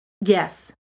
Yes